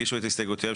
והתוספת הראשונה.